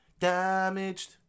damaged